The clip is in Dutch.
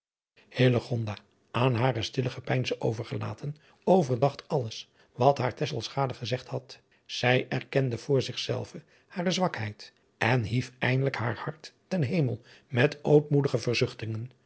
aan hare stille gepeinzen overgelaten overdacht alles wat haar tesselschade gezegd had zij erkende voor zich zelve hare zwakheid en hief eindelijk haar hart ten hemel met ootmoedige